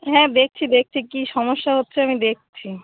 হ্যাঁ দেখছি দেখছি কী সমস্যা হচ্ছে আমি দেখছি